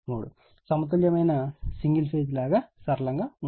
సమతుల్యమైన single phase వలే సరళంగా ఉంటుంది